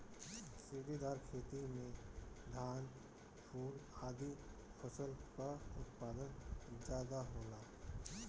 सीढ़ीदार खेती में धान, फूल आदि फसल कअ उत्पादन ज्यादा होला